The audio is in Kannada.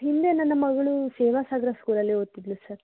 ಹಿಂದೆ ನನ್ನ ಮಗಳು ಸೇವಾ ಸಾಗರ ಸ್ಕೂಲಲ್ಲಿ ಓದ್ತಿದ್ದಳು ಸರ್